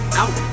out